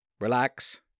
relax